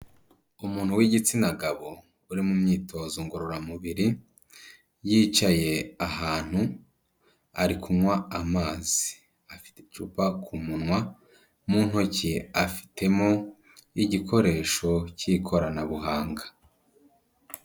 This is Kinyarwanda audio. Umuntu w'igitsina gabo uri mu myitozo ngororamubiri, yicaye ahantu ari kunywa amazi, afite icupa ku munwa mu ntoki afitemo igikoresho cy'ikoranabuhanga.